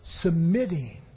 Submitting